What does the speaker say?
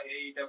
AEW